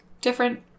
different